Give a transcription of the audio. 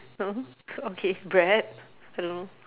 oh okay bread